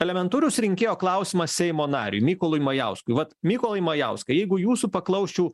elementarus rinkėjo klausimas seimo nariui mykolui majauskui vat mykolai majauskai jeigu jūsų paklausčiau